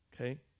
Okay